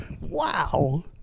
wow